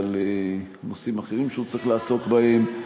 בגלל נושאים אחרים שהוא צריך לעסוק בהם,